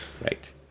Right